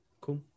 Cool